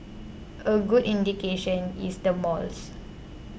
a good indication is the malls